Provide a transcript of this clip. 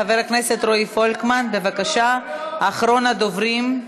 חבר הכנסת רועי פולקמן, בבקשה, אחרון הדוברים.